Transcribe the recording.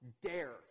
dare